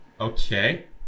Okay